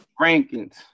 rankings